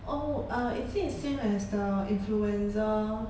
oh uh is it the same as the influencer